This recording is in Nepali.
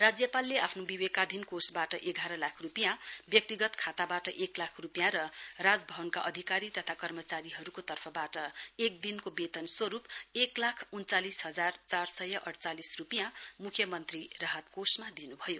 राज्यपालले आफ्नो विवेकाधीन कोषबाट एघार लाख रूपियाँ व्यक्तिगत खाताबाट एक लाख रूपियाँ र राजभवनका अधिकारी तथा कर्मचारीहरूको तर्फबाट एक दिनको वेतन स्वरूप एक लाख उन्चालिस हजार चार सय अडचालिस रूपियाँ मुख्यमन्त्री राहत कोषमा दिनुभयो